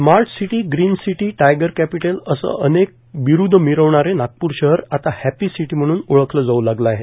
smart city green city tiger capital असे अनेक बिरुदं मिरविणारे नागपूर शहर आता हैपी सिटी म्हणून ओळखले जाऊ लागले आहे